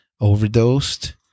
overdosed